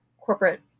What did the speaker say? corporate